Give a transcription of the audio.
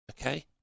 Okay